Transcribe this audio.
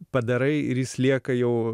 padarai ir jis lieka jau